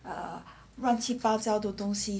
err 乱七八糟的东西